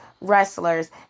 wrestlers